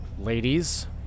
ladies